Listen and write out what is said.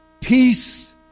Peace